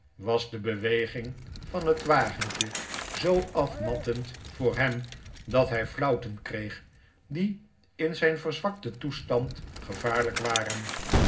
was de beweging van het wagentje zoo afmattend voor hem dat hij flauwten kreeg die in zijn verzwakten toestand gevaarlijk waren